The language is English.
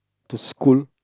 to school